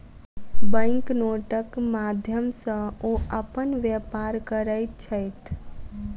bank नोटक माध्यम सॅ ओ अपन व्यापार करैत छैथ